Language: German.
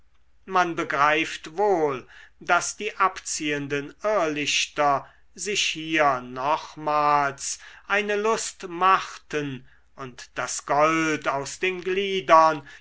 man begreift wohl daß die abziehenden irrlichter sich hier nochmals eine lust machten und das gold aus den gliedern